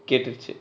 கேட்டுச்சு:ketuchu